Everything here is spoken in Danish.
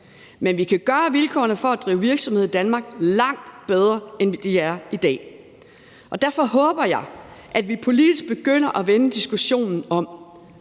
men vi kan gøre vilkårene for at drive virksomhed i Danmark langt bedre, end de er i dag. Derfor håber jeg, at vi politisk begynder at vende diskussionen om.